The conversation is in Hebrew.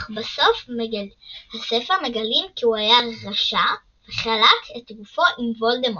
אך בסוף הספר מגלים כי הוא היה רשע וחלק את גופו עם וולדמורט.